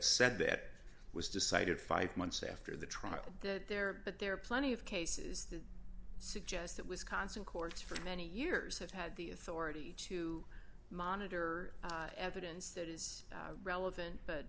said that was decided five months after the trial that there but there are plenty of cases that suggest that wisconsin courts for many years have had the authority to monitor evidence that is relevant but